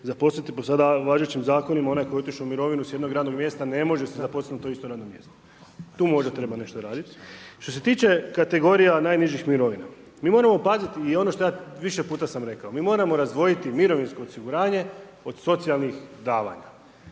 zaposliti po sada važećim zakonima, onaj koji je otišao u mirovinu s jednog radnog mjesta, ne može se zaposliti na to isto radno mjesto. Tu možda treba nešto raditi. Što se tiče kategorija najnižih mirovina. Mi moramo paziti i ono što ja više puta sam rekao, mi moramo razdvojiti mirovinsko osiguranje od socijalnih davanja.